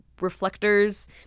reflectors